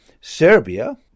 Serbia